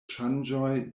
ŝanĝoj